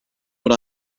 what